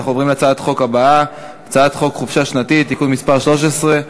אנחנו עוברים להצעת החוק הבאה: הצעת חוק חופשה שנתית (תיקון מס' 13),